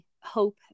hope